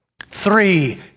Three